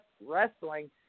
wrestling